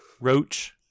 roach